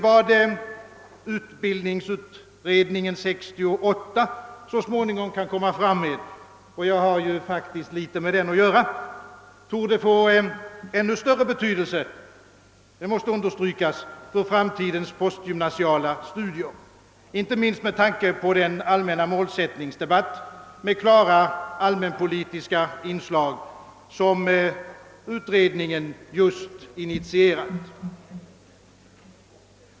Vad utbildningsutredningen 1968 så småningom kan komma att föreslå — och jag har ju faktiskt litet med den att göra — torde få ännu större betydelse för framtidens postgymnasiala studier, inte minst med tanke på den allmänna målsättningsdebatt med klara allmänpolitiska inslag som utredningen initierat.